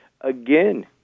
again